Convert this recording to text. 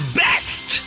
best